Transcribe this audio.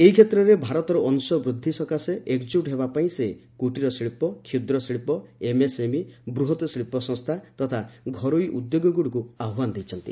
ଏହି କ୍ଷେତ୍ରରେ ଭାରତର ଅଂଶ ବୃଦ୍ଧି ସକାଶେ ଏକଜ୍ରଟ ହେବାପାଇଁ ସେ କ୍ରଟୀରଶିଳ୍ପ କ୍ଷୁଦ୍ରଶିଳ୍ପ ଏମ୍ଏସ୍ଏମ୍ଇ ବୃହତ୍ତ ଶିଳ୍ପ ସଂସ୍ଥା ତଥା ଘରୋଇ ଉଦ୍ୟୋଗୀମାନଙ୍କୁ ଆହ୍ୱାନ କରିଛନ୍ତି